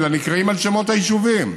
אלא נקראים על שמות היישובים,